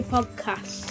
Podcast